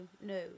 no